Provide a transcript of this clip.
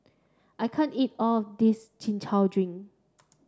I can't eat all of this Chin Chow drink